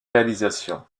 réalisation